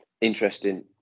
interesting